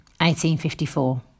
1854